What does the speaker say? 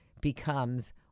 becomes